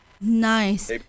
nice